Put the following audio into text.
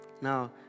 Now